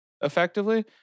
effectively